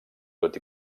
tot